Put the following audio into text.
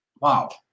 wow